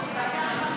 גפני, גפני.